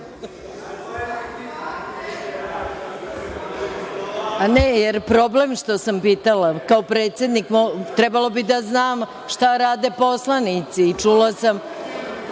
li je problem što sam to pitala? Kao predsednik trebalo bi da znam šta rade poslanici. Čula sam